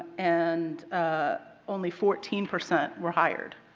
and only fourteen percent were hired.